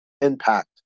impact